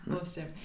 awesome